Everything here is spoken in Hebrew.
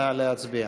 נא להצביע.